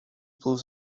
blows